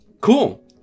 Cool